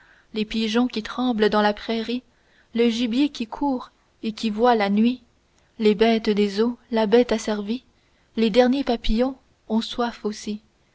les pigeons qui tremblent dans la prairie le gibier qui court et qui voit la nuit les bêtes des eaux la bête asservie les derniers papillons ont soif aussi